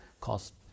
cost